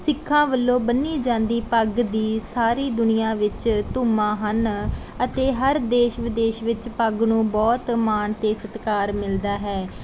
ਸਿੱਖਾਂ ਵੱਲੋਂ ਬੰਨ੍ਹੀ ਜਾਂਦੀ ਪੱਗ ਦੀ ਸਾਰੀ ਦੁਨੀਆਂ ਵਿੱਚ ਧੂਮਾਂ ਹਨ ਅਤੇ ਹਰ ਦੇਸ਼ ਵਿਦੇਸ਼ ਵਿੱਚ ਪੱਗ ਨੂੰ ਬਹੁਤ ਮਾਣ ਅਤੇ ਸਤਿਕਾਰ ਮਿਲਦਾ ਹੈ